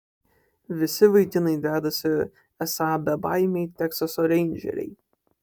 visi vaikinai dedasi esą bebaimiai teksaso reindžeriai